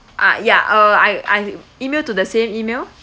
ah ya uh I I email to the same email